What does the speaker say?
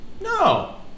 No